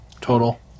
total